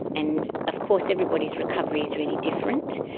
and of course everybody's recovery is really different,